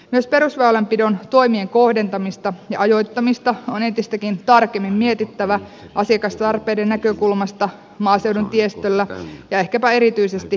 myös perusväylänpidon toimien kohdentamista ja ajoittamista on entistäkin tarkemmin mietittävä asiakastarpeiden näkökulmasta maaseudun tiestöllä ja ehkäpä erityisesti maaseutu elinkeinojen näkökulmasta